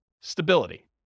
stability